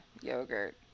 yogurt